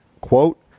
quote